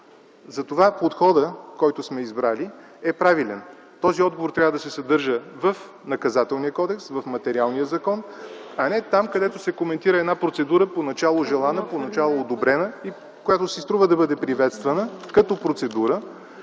Затова подходът, който сме избрали, е правилен. Този отговор трябва да се съдържа в Наказателния кодекс, в материалния закон, а не там, където се коментира една процедура, поначало желана, поначало одобрена и която си струва да бъде приветствана като процедура,